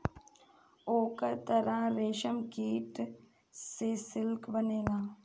ओकर तसर रेशमकीट से सिल्क बनेला